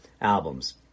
albums